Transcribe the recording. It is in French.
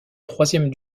troisième